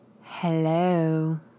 Hello